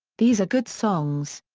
these are good songs.